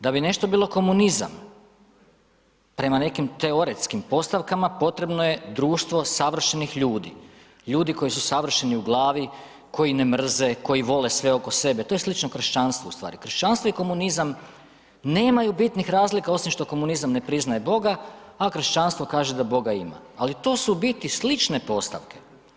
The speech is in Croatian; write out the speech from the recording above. Da bi nešto bilo komunizam prema nekim teoretskim postavkama potrebno je društvo savršenih ljudi, ljudi koji su savršeni u glavi, koji ne mrze, koji vole sve oko sebe, to je slično kršćanstvu ustvari, kršćanstvo i komunizam nemaju bitnih razlika osim što komunizam ne priznaje Boga, a kršćanstvo kaže da Boga ima, ali to su u biti slične postavke.